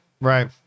Right